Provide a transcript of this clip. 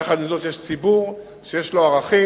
יחד עם זאת, יש ציבור שיש לו ערכים,